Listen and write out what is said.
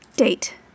Date